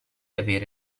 avere